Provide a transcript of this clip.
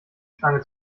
schlange